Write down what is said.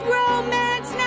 romance